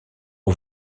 aux